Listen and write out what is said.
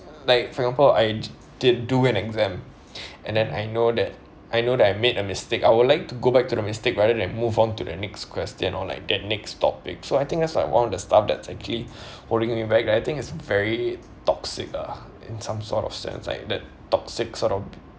like for example I did do an exam and then I know that I know that I made a mistake I would like to go back to the mistake rather than move on to the next question or like that next topic so I think that's like one of the stuff that's actually holding back right I think it's very toxic ah in some sort of sense like that toxic sort of